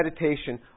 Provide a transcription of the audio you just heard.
meditation